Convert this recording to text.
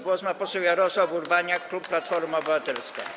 Głos ma poseł Jarosław Urbaniak, klub Platforma Obywatelska.